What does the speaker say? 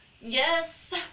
Yes